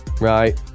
Right